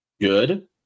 good